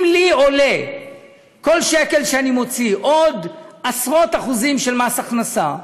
אם לי עולה כל שקל שאני מוציא עוד עשרות אחוזים של מס הכנסה,